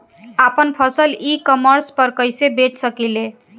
आपन फसल e commerce पर कईसे बेच सकिले?